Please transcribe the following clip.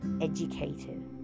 educated